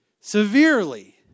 severely